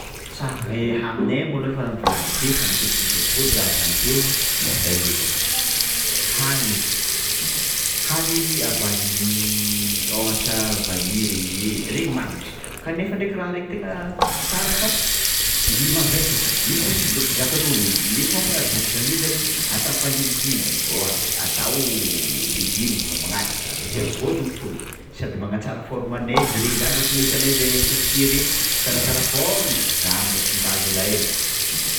Sak- aminay malôha efa volaniko teo fao matetiky mipodipody raha zany teo, i hanigny hanigny à base-n'ny ôhatra vanille regny e regny magnitry kanefa ndraiky raha regny tegna tsara fa i- mavesatra mety possible tsy zakan'ôlogno mety mampaharary bôko zany hoe zany ata mifandimbindimby ôhatra atao legioma magnaraka bakeo mipôdy mipôdy sady magnatsara forme-nay izy regny zany mahatonga anay hitanay zahay côtier regny tsaratsara forme, zany mahatonga azy zalahy ai.